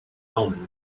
omen